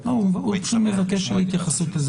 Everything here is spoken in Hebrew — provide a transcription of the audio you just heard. כן, ברור, אנחנו נבקש התייחסות לזה.